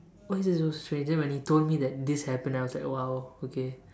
why is it so strange then when he told me that this happened then I was like !wow! okay